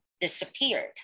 disappeared